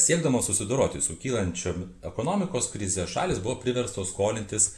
siekdamos susidoroti su kylančiom ekonomikos krize šalys buvo priverstos skolintis